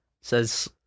says